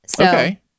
Okay